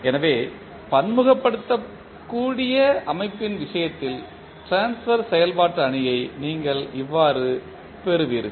எனவே பன்முகப்படுத்தக்கூடிய அமைப்பின் விஷயத்தில் ட்ரான்ஸ்பர் செயல்பாடு அணியை நீங்கள் இவ்வாறு பெறுவீர்கள்